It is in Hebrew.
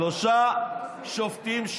שלושה שופטים,